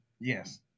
Yes